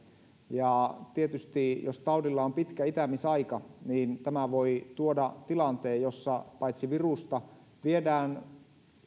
ja tietysti jos taudilla on pitkä itämisaika tämä voi tuoda paitsi tilanteen jossa virusta viedään